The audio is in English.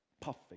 puffing